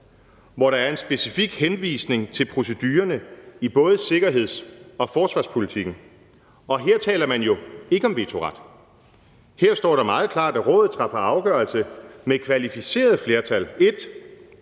hvor der er en specifik henvisning til procedurerne i både sikkerheds- og forsvarspolitikken, og her taler man jo ikke om vetoret. Her står der meget klart, at Rådet træffer afgørelse med kvalificeret flertal, 1)